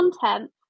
content